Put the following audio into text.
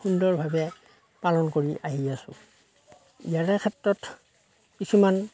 সুন্দৰভাৱে পালন কৰি আহি আছো ইয়াৰে ক্ষেত্ৰত কিছুমান